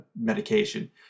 medication